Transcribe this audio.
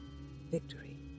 victory